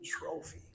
Trophy